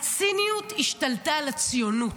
"הציניות השתלטה על הציונות"